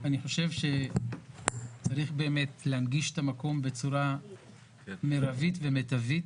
אני חושב שצריך להנגיש את המקום בצורה מרבית ומיטבית